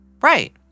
right